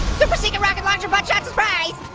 super secret rocket launcher butt shot surprise.